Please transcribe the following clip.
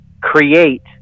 create